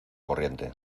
corriente